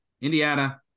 indiana